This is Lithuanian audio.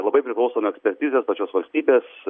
labai priklauso nuo ekspertizės pačios valstybės